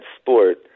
sport